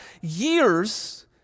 years